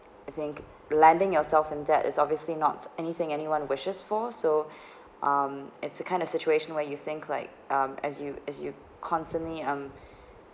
I think landing yourself in debt is obviously not anything anyone wishes for so um it's a kind of situation where you think like um as you as you constantly um